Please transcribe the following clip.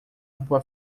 rua